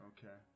Okay